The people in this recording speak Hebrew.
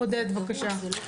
עודד, בבקשה.